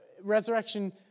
resurrection